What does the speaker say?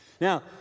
Now